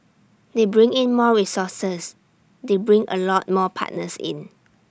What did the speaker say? they bring in more resources they bring A lot more partners in